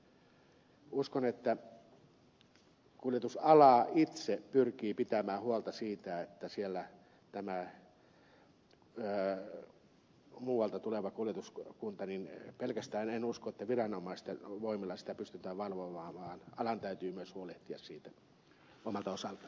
uskon että kuljetusala itse pyrkii pitämään huolta siitä että valvotaan tätä muualta tulevaa kuljetuskuntaa en usko että pelkästään viranomaisten voimilla sitä pystytään valvomaan vaan alan täytyy myös itse huolehtia siitä omalta osaltaan